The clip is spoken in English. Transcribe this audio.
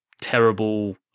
terrible